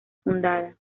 fundada